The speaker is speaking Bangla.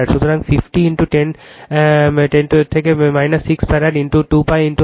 সুতরাং 50 10 থেকে পাওয়ার 6 ফ্যারাড 2π 100